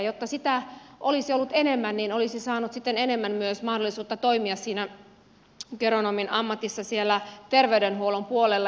jos sitä olisi ollut enemmän niin olisi saanut sitten enemmän myös mahdollisuutta toimia siinä geronomin ammatissa siellä terveydenhuollon puolella